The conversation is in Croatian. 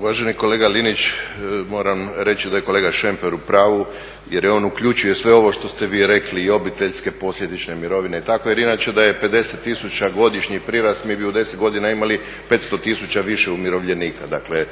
uvaženi kolega Linić moram reći da je kolega Šemper u pravu jer je on uključio sve ovo što ste vi rekli i obiteljske posljedične mirovine i tako jer inače da je 50 tisuća godišnji prirast mi bi u 10 godina imali 500 tisuća više umirovljenika. Dakle